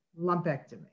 lumpectomy